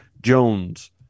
Jones